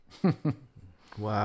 Wow